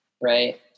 right